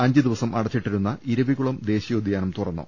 അഞ്ച് ദിവസം അടച്ചിട്ടിരുന്ന ഇരവികുളം ദേശീയോദ്യാനം തുറന്നു